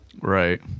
right